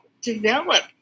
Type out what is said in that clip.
develop